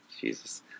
Jesus